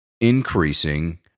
increasing